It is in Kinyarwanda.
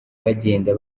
bagenda